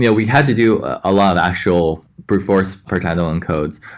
yeah we had to do a lot of actual brute force per title encodes,